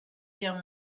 guerre